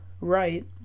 Right